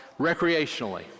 recreationally